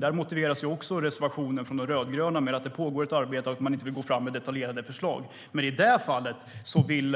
De rödgrönas reservation motiveras också med att det pågår ett arbete och att de inte vill gå fram med detaljerade förslag. Men i det fallet vill